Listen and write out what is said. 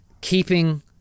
keeping